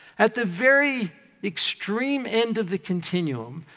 at the very extreme end of the continuum,